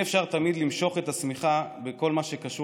אי-אפשר תמיד למשוך את השמיכה בכל מה שקשור